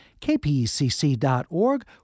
kpecc.org